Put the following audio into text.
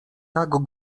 tak